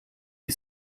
die